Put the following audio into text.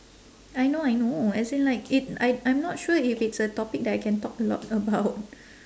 I know I know as in like it I I'm not sure if it's a topic that I can talk a lot about